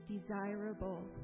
desirable